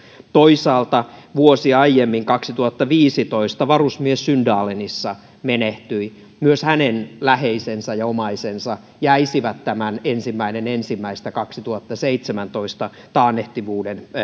toisaalta vuosi aiemmin kaksituhattaviisitoista varusmies syndalenissa menehtyi myös hänen läheisensä ja omaisensa jäisivät tämän ensimmäinen ensimmäistä kaksituhattaseitsemäntoista saakka ulottuvan taannehtivuuden